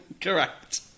Correct